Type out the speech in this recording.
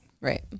Right